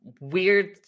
weird